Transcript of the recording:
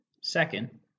second